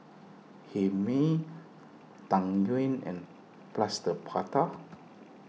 Hae Mee Tang Yuen and Plaster Prata